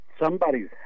somebody's